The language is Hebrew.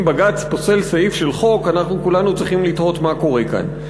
אם בג"ץ פוסל סעיף של חוק אנחנו כולנו צריכים לתהות מה קורה כאן.